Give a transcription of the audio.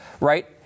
right